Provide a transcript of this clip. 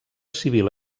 civil